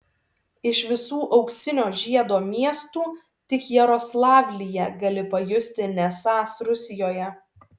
iš visų auksinio žiedo miestų tik jaroslavlyje gali pajusti nesąs rusijoje